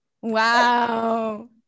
wow